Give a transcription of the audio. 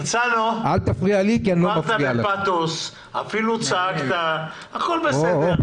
הרצנו, דיברת בפתוס, אפילו צעקת, הכול בסדר.